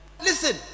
listen